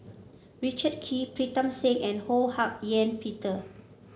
Richard Kee Pritam Singh and Ho Hak Ean Peter